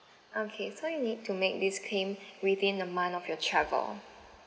okay so you need to make this claim within a month of your travel